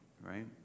right